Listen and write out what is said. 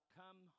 come